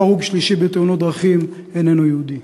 כל הרוג שלישי בתאונות דרכים איננו יהודי.